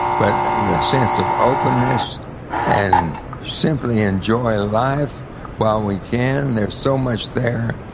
but in the sense of openness and simply enjoy life while we can there's so much there,